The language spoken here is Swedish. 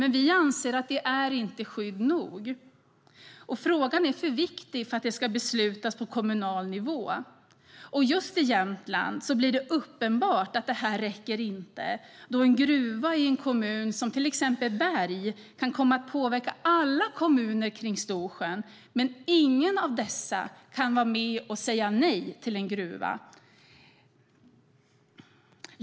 Men vi anser att det inte är skydd nog. Frågan är för viktig för att det ska beslutas på kommunal nivå. Just i Jämtland blir det uppenbart att detta inte räcker, då en gruva i en kommun som till exempel Berg kan komma att påverka alla kommuner kring Storsjön, medan ingen av dessa kan vara med och säga nej till en gruva.